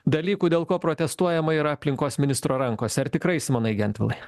dalykų dėl ko protestuojama yra aplinkos ministro rankose ar tikrai simonai gentvilai